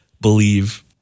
believe